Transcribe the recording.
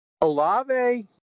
Olave